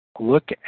Look